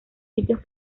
sitios